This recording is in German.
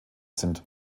sind